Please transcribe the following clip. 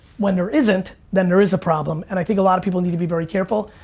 when there isn't, then there is a problem, and i think a lot of people need to be very careful.